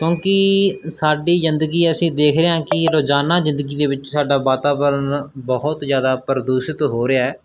ਕਿਉਂਕਿ ਸਾਡੀ ਜ਼ਿੰਦਗੀ ਆ ਅਸੀਂ ਦੇਖ ਰਹੇ ਹਾਂ ਕਿ ਰੋਜ਼ਾਨਾ ਜ਼ਿੰਦਗੀ ਦੇ ਵਿੱਚ ਸਾਡਾ ਵਾਤਾਵਰਨ ਬਹੁਤ ਜ਼ਿਆਦਾ ਪ੍ਰਦੂਸ਼ਿਤ ਹੋ ਰਿਹਾ